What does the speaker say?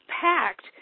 packed